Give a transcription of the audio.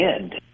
end